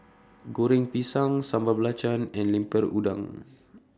Goreng Pisang Sambal Belacan and Lemper Udang